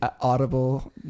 Audible